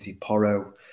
Porro